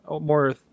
More